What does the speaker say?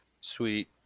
Sweet